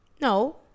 No